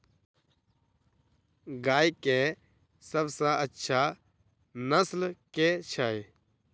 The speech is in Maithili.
गाय केँ सबसँ अच्छा नस्ल केँ छैय?